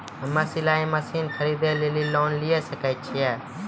हम्मे सिलाई मसीन खरीदे लेली लोन लिये सकय छियै?